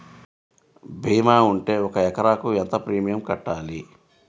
భీమా ఉంటే ఒక ఎకరాకు ఎంత ప్రీమియం కట్టాలి?